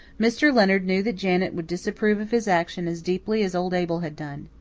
mr. leonard knew that janet would disapprove of his action as deeply as old abel had done.